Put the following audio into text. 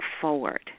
forward